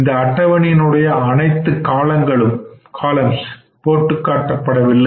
இந்த அட்டவணையின் உடைய அனைத்து காலங்களும் போட்டு காட்டப்படவில்லை